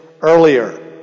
earlier